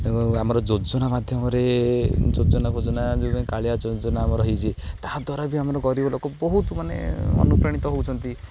ଏବଂ ଆମର ଯୋଜନା ମାଧ୍ୟମରେ ଯୋଜନା ଫୋଜନା ଯେଉଁ କାଳିଆ ଯୋଜନା ଆମର ରହିଛି ତାହାଦ୍ୱାରା ବି ଆମର ଗରିବ ଲୋକ ବହୁତ ମାନେ ଅନୁପ୍ରାଣିତ ହେଉଛନ୍ତି